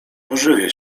pożywię